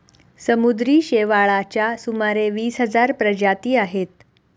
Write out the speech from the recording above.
समुद्री शेवाळाच्या सुमारे वीस हजार प्रजाती आहेत